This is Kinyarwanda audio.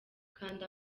kanda